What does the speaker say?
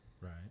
Right